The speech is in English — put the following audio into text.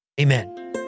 amen